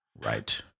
right